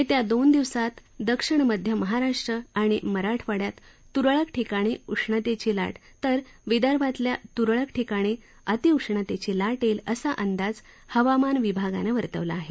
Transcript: येत्या दोन दिवसात दक्षिण मध्य महाराष्ट्र आणि मराठवाड्यात त्रळक ठिकाणी उष्णतेची लाट तर विदर्भातल्या त्रळक ठिकाणी अति उष्णतेची लाट येईल असा अंदाज हवामान विभागानं वर्तवला आहे